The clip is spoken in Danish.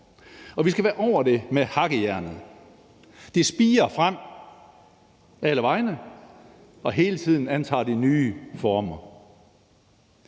og vi skal være over det med hakkejernet. Det spirer frem alle vegne, og hele tiden antager det nye former.